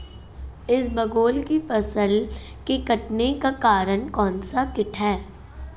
इसबगोल की फसल के कटने का कारण कौनसा कीट है?